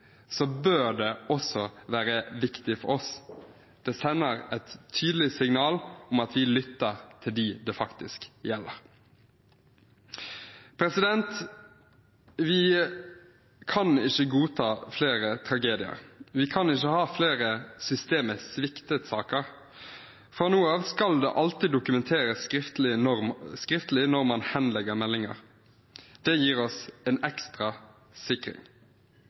bør det også være viktig for oss. Det sender et tydelig signal om at vi lytter til dem det faktisk gjelder. Vi kan ikke godta flere tragedier. Vi kan ikke ha flere saker om systemsvikt. Fra nå av skal det alltid dokumenteres skriftlig når man henlegger meldinger. Det gir oss en ekstra sikring.